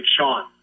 Sean